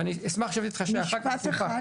ואני אשמח לשבת איתך אחר כך --- משפט אחד,